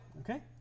Okay